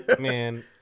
man